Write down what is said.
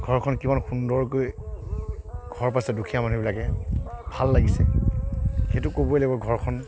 ঘৰখন কিমান সুন্দৰকৈ ঘৰ পাইছে দুখীয়া মানুহবিলাকে ভাল লাগিছে সেইটো ক'বই লাগিব ঘৰখন